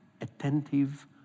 attentive